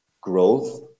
growth